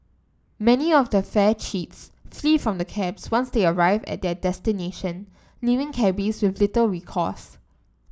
many of the fare cheats flee from the cabs once they arrive at their destination leaving cabbies with little recourse